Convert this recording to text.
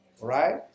Right